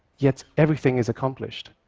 yet, everything is accomplished.